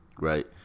right